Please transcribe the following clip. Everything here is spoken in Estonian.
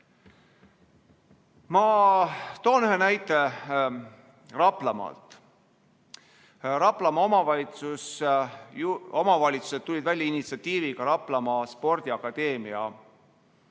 Ma toon ühe näite Raplamaalt. Raplamaa omavalitsused tulid välja initsiatiiviga asutada Raplamaa spordiakadeemia